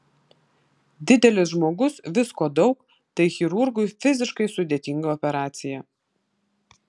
didelis žmogus visko daug tai chirurgui fiziškai sudėtinga operacija